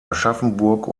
aschaffenburg